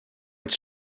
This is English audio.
its